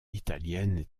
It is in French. italienne